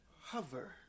hover